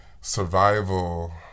survival